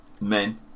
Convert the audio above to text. men